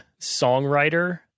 songwriter